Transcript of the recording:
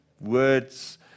words